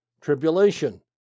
Tribulation